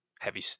heavy